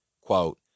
Quote